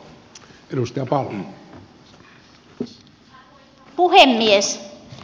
arvoisa puhemies